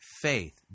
faith